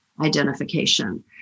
identification